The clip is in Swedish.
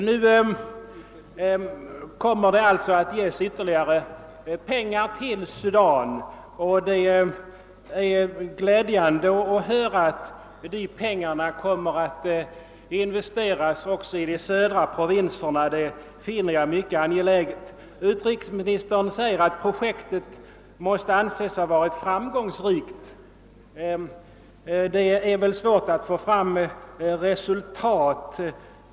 Nu kommer det alltså att ges ytterligare pengar till Sudan, och det är glädjande att höra att dessa pengar kommer att investeras i de södra provinserna. Detta finner jag mycket angeläget. Utrikesministern säger att projektet måste anses ha varit framgångsrikt. Det är väl svårt att få fram resultat.